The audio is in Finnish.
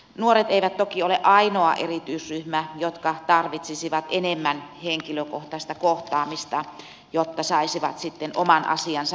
nuoret eivät toki ole ainoa erityisryhmä jossa tarvittaisiin enemmän henkilökohtaista kohtaamista jotta saataisiin sitten omaa asiaa eteenpäin